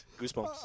Goosebumps